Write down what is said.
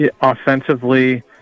offensively